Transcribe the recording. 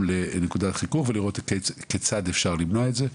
לנקודת חיכוך ולראות כיצד אפשר למנוע את זה?